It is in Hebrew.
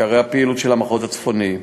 בצפון, עיקרי הפעילות של המחוז הצפוני: